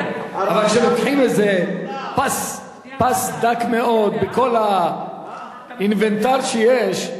אבל כשלוקחים איזה פס דק מאוד מכל האינוונטר שיש,